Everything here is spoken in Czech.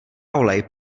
olej